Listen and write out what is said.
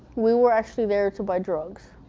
we were actually there to buy drugs.